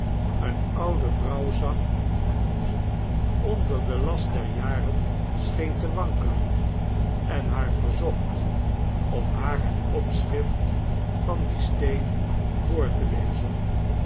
eene oude vrouw zag die onder den last der jaren scheen te wankelen en haar verzocht om haar het opschrift van dien steen voor te lezen